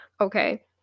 okay